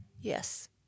Yes